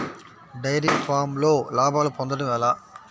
Dairy ఫామ్లో లాభాలు పొందడం ఎలా?